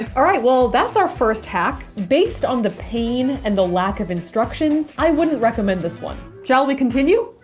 alright. well. that's our first hack. based on the pain and the lack of instructions i wouldn't recommend this one. shall we continue?